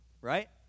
Right